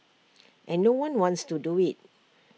and no one wants to do IT